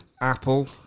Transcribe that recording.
Apple